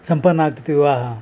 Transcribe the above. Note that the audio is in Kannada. ಸಂಪನ್ನ ಆಗ್ತೈತಿ ವಿವಾಹ